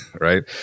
right